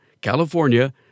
California